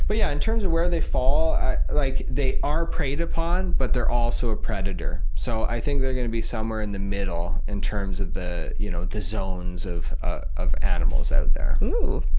but yeah in terms of where they fall like they are preyed upon, but they're also a predator, so i think they're going to be somewhere in the middle, in terms of the you know the zones of ah of animals out there. ooh.